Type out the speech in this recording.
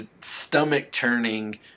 Stomach-turning